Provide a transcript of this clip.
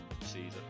season